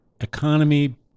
economy